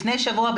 לפני שבוע,